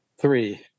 Three